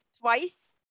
twice